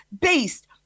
based